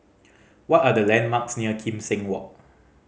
what are the landmarks near Kim Seng Walk